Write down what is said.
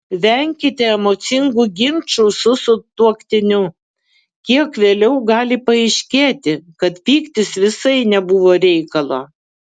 venkite emocingų ginčų su sutuoktiniu kiek vėliau gali paaiškėti kad pyktis visai nebuvo reikalo